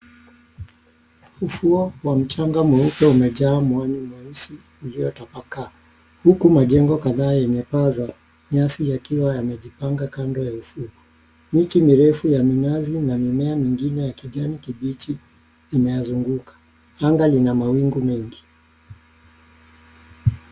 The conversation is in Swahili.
Ufuo wa mchanga mweupe umejaa mwani mweusi uliotapakaa huku majengo kadhaa yenye paa za nyasi yakiwa yamejipanga kando ya ufukwe. Miti mirefu ya minazi na mimea mingine ya kijani kibichi imeyazunguka. Anga lina mawingu mengi.